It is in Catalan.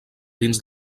dins